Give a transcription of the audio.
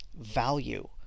Value